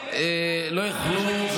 לא יוכלו,